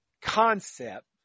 concept